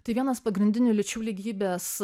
tai vienas pagrindinių lyčių lygybės